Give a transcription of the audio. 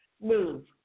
move